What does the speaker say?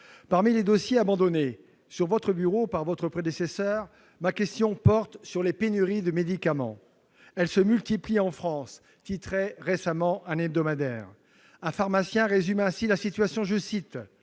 Parmi les dossiers abandonnés sur votre bureau par votre prédécesseur figure la question des pénuries de médicaments. « Elles se multiplient en France », titrait récemment un hebdomadaire. Un pharmacien résume ainsi la situation :« Les